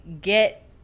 get